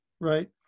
right